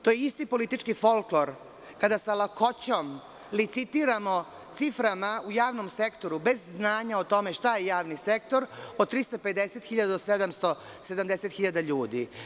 To je isti politički folklor kada sa lakoćom licitiramo ciframa u javnom sektoru bez znanja o tome šta je javni sektor, od 350.000 do 770.000 ljudi.